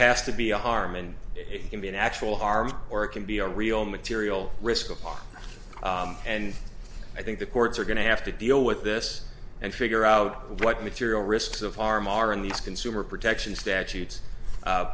has to be a harm and it can be an actual harm or it can be a real material risk and i think the courts are going to have to deal with this and figure out what material risks of harm are in these consumer protection statutes